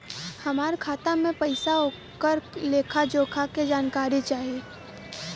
हमार खाता में पैसा ओकर लेखा जोखा के जानकारी चाही?